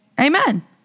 Amen